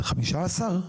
15?